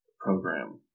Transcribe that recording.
program